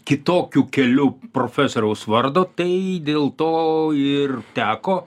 kitokiu keliu profesoriaus vardo tai dėl to ir teko